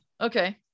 okay